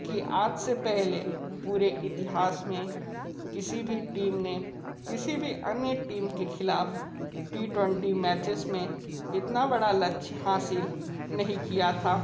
कि आज से पहले पूरे इतिहास में किसी भी टीम ने किसी भी अन्य टीम के ख़िलाफ़ टी ट्वेंटी मैचेस में इतना बड़ा लक्ष्य हासिल नहीं किया था